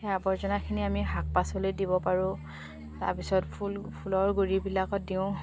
সেই আৱৰ্জনাখিনি আমি শাক পাচলি দিব পাৰোঁ তাৰপিছত ফুল ফুলৰ গুৰিবিলাকত দিওঁ